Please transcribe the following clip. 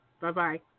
Bye-bye